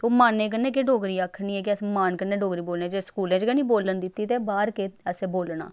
ते ओह् मानै कन्नै केह् डोगरी आखनी ऐ कि अस मान कन्नै डोगरी बोलने स्कूलै च गै निं बोलन दित्ती ते बाह्र केह् असें बोलना